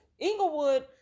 Englewood